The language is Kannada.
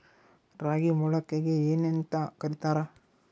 ರಾಗಿ ಮೊಳಕೆಗೆ ಏನ್ಯಾಂತ ಕರಿತಾರ?